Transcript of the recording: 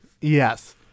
Yes